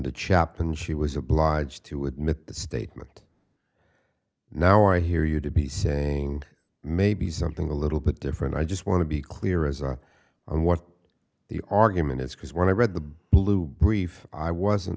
chap and she was obliged to admit the statement now i hear you to be saying maybe something a little bit different i just want to be clear as a on what the argument is because when i read the blue brief i wasn't